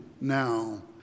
now